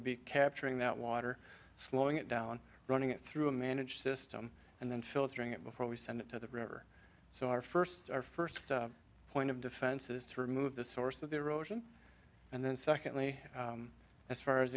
to be capturing that water slowing it down running it through a managed system and then filtering it before we send it to the river so our first our first point of defense is to remove the source of their ocean and then secondly as far as